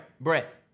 Brett